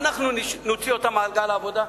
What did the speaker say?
אנחנו נוציא אותם למעגל העבודה.